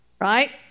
Right